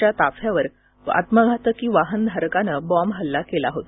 च्या ताफ्यावर आत्मघातकी वाहनधारकानं बॉम्बहल्ला केला होता